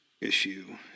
issue